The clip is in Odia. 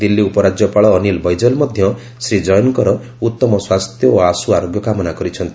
ଦିଲୁୀ ଉପରାଜ୍ୟପାଳ ଅନିଲ୍ ବୈଜଲ୍ ମଧ୍ୟ ଶ୍ରୀ ଜୈନ୍ଙ୍କର ଉତ୍ତମ ସ୍ୱାସ୍ଥ୍ୟ ଓ ଆଶୁ ଆରୋଗ୍ୟ କାମନା କରିଛନ୍ତି